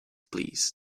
please